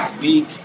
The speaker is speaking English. big